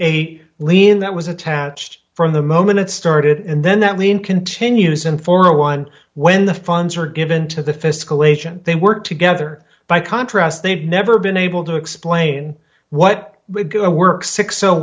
a lien that was attached from the moment it started and then that lien continues and for one when the funds are given to the fiscal agent they work together by contrast they've never been able to explain what would go to work sick so